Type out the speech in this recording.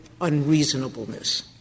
unreasonableness